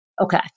Okay